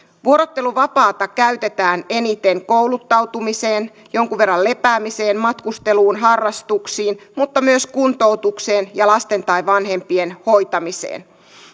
vuorotteluvapaata käytetään eniten kouluttautumiseen jonkun verran lepäämiseen matkusteluun harrastuksiin mutta myös kuntoutukseen ja lasten tai vanhempien hoitamiseen